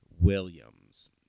Williams